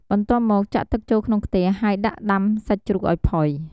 បន្ទាប់មកចាក់ទឹកចូលក្នុងខ្ទះ ហើយដាក់ដាំសាច់ជ្រូកឱ្យផុយ។